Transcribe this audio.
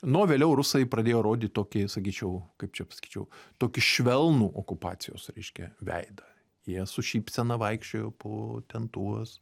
nu o vėliau rusai pradėjo rodyt tokį sakyčiau kaip čia pasakyčiau tokį švelnų okupacijos reiškia veidą jie su šypsena vaikščiojo po ten tuos